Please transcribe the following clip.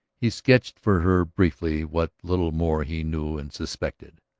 he sketched for her briefly what little more he knew and suspected.